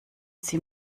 sie